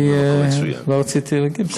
לא רציתי להגיד.